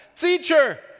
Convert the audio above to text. Teacher